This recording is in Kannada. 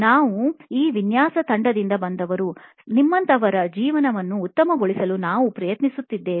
ನಾವು ಈ ವಿನ್ಯಾಸ ತಂಡದಿಂದ ಬಂದವರು ನಿಮ್ಮಂಥವರ ಜೀವನವನ್ನು ಉತ್ತಮಗೊಳಿಸಲು ನಾವು ಪ್ರಯತ್ನಿಸುತ್ತಿದ್ದೇವೆ